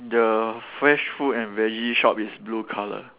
the fresh food and veggie shop is blue color